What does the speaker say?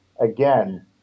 again